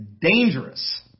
dangerous